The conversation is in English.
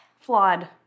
Flawed